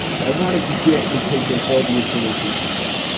but i wanted to get and taken all the information i could.